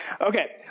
Okay